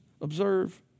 observe